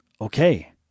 okay